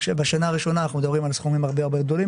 בשנה הראשונה אנחנו מדברים על סכומים הרבה הרבה יותר גבוהים,